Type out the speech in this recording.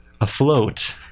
afloat